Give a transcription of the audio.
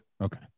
Okay